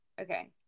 Okay